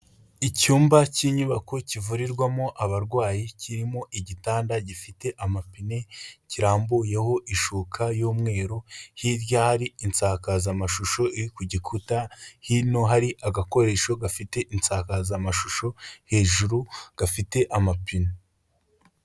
Icyumba cy'inyubako kivurirwamo abarwayi kirimo igitanda gifite amapine, kirambuyeho ishuka y'umweru, hirya hari isakazamashusho iri ku gikuta, hino hari agakoresho gafite isakazamashusho hejuru gafite amapine.